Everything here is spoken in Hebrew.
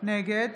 נגד